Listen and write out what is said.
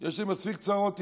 יש לי מספיק צרות איתו.